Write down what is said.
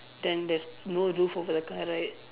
then there's no roof over the car right